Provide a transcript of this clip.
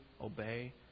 obey